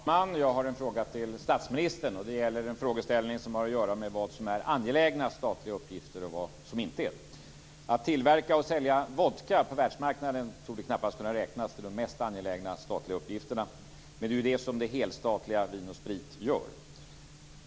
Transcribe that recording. Fru talman! Jag har en fråga till statsministern. Det gäller en frågeställning som har att göra med vad som är angelägna statliga uppgifter och vad som inte är det. Att tillverka och sälja vodka på världsmarknaden torde knappast kunna räknas till de mest angelägna statliga uppgifterna, men det är ju det som det helstatliga Vin & Sprit gör.